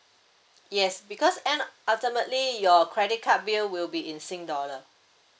yes because end ultimately your credit card bill will be in sing dollar